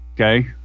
okay